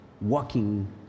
walking